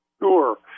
Sure